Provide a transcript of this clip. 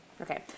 okay